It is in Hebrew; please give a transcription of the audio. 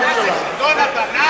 זה, חידון התנ"ך?